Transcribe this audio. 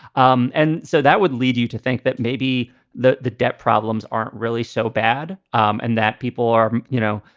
um and so that would lead you to think that maybe the the debt problems aren't really so bad um and that people are, you know,